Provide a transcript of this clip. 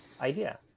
idea